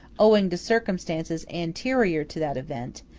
owing to circumstances anterior to that event,